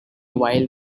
while